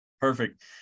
Perfect